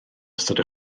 ystod